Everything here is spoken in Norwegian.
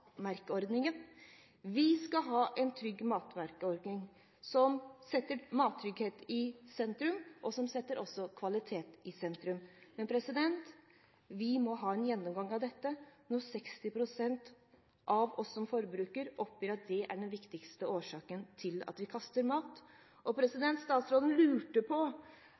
Vi skal ha en trygg matmerkeordning som setter mattrygghet i sentrum, og som også setter kvalitet i sentrum. Men vi må ha en gjennomgang av dette når 60 pst. av oss som forbrukere oppgir at det er den viktigste årsaken til at vi kaster mat. Statsråden lurte på